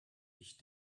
ich